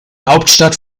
hauptstadt